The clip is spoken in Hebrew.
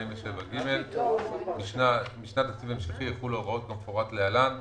47ג. בשנת תקציב המשכי יחולו ההוראות כמפורט להלן,